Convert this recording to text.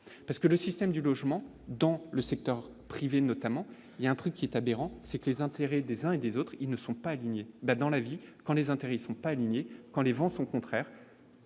parce que le système du logement dans le secteur privé, notamment il y a un truc qui est aberrant, c'est que les intérêts des uns et des autres, ils ne sont pas dignes dans la vie, quand les intérêts sont pas quand les vents sont contraires